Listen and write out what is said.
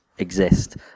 exist